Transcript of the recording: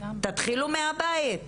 תתחילו מהבית.